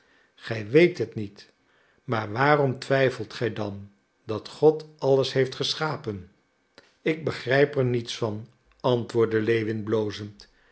gij weet het niet maar waarom twijfelt gij dan dat god alles heeft geschapen ik begrijp er niets van antwoordde lewin blozend